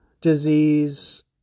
disease